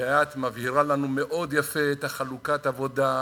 ואת מבהירה לנו מאוד יפה את חלוקת העבודה,